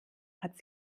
hat